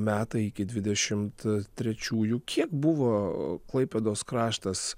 metai iki dvidešimt trečiųjų kiek buvo klaipėdos kraštas